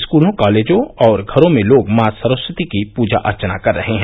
स्कूलों कॉलेजों और घरों में लोग माँ सरस्वती की पुजा अर्चना कर रहे हैं